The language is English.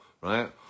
right